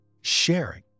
sharing